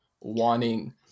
wanting